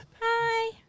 Hi